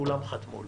כולם חתמו לו: